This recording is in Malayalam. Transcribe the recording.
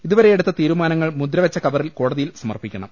ഇതുവരെയെടുത്ത തീരുമാനങ്ങൾ മുദ്രവെച്ച കവറിൽ കോടതിയിൽ സമർപ്പിക്കണം